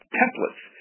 templates